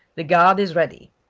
the guard is ready.